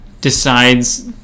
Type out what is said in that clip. decides